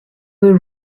were